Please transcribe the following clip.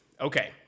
Okay